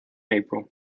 april